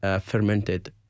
fermented